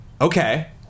okay